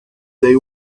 they